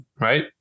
Right